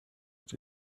its